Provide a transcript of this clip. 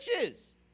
Witches